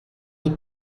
les